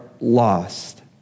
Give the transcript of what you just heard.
lost